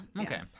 Okay